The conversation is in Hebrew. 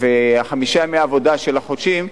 וחמישה ימי העבודה של החודשיים,